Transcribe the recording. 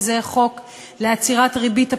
וזה חוק לעצירת ריבית הפיגורים,